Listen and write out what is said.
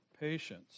patience